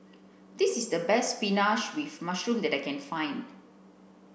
this is the best Spinach with mushroom that I can find